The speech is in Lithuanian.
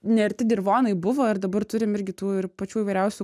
nearti dirvonai buvo ir dabar turim irgi tų ir pačių įvairiausių